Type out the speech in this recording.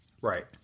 Right